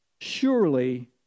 surely